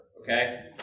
okay